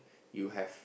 you have